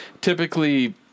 typically